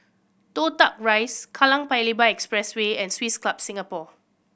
Toh Tuck Rise Kallang Paya Lebar Expressway and Swiss Club Singapore